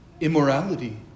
immorality